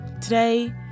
Today